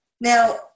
Now